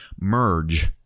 merge